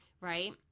right